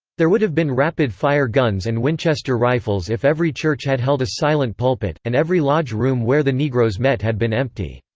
there would have been rapid-fire guns and winchester rifles if every church had held a silent pulpit, and every lodge-room where the negroes met had been empty.